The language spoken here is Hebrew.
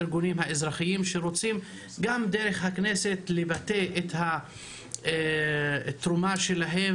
שרוצים גם דרך הכנסת לבטא את התרומה שלהם